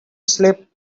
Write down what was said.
slip